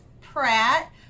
Pratt